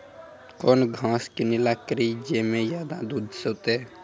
कौन घास किनैल करिए ज मे ज्यादा दूध सेते?